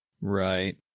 right